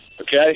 okay